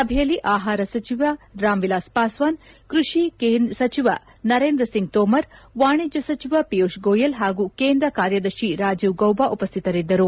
ಸಭೆಯಲ್ಲಿ ಆಹಾರ ಸಚಿವ ರಾಮ್ ವಿಲಾಸ್ ಪಾಸ್ವಾನ್ ಕೃಷಿ ಸಚಿವ ನರೇಂದ್ರ ಸಿಂಗ್ ತೋಮರ್ ವಾಣಿಜ್ವ ಸಚಿವ ಪೀಯೂಷ್ ಫೋಯಲ್ ಹಾಗೂ ಕೇಂದ್ರ ಕಾರ್ಯದರ್ಶಿ ರಾಜೀವ್ ಗೌಬಾ ಉಪಸ್ಥಿತರಿದ್ದರು